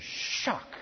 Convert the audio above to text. shock